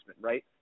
right